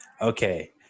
Okay